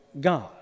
God